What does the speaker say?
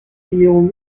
numéro